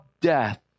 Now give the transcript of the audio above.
death